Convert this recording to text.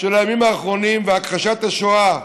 של הימים האחרונים, והכחשת השואה,